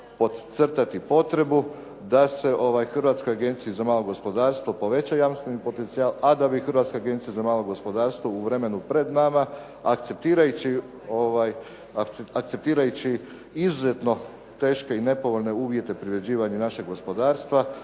potrebu da se Hrvatskoj agenciji za malo gospodarstvo poveća jamstveni potencijal, a da bi Hrvatska agencija za malo gospodarstvo u vremenu pred nama akceptirajući izuzetno teške i nepovoljne uvjete privređivanja našeg gospodarstva